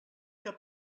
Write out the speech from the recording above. què